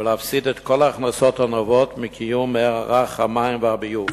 ולהפסיד את כל ההכנסות הנובעות מקיום מערך המים והביוב,